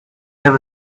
there